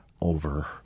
over